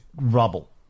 rubble